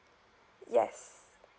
yes